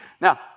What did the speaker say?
Now